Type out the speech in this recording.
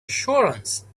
assurance